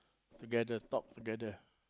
together talk together